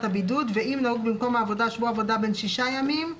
הבידוד ואם נהוג במקום העבודה שבוע עבודה בן שישה ימים,